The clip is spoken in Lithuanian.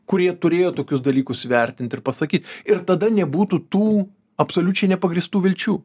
kurie turėjo tokius dalykus vertint ir pasakyt ir tada nebūtų tų absoliučiai nepagrįstų vilčių